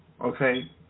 Okay